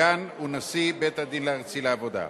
סגן ונשיא בית-הדין הארצי לעבודה.